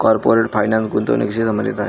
corporate finance गुंतवणुकीशी संबंधित आहे